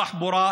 תחבורה,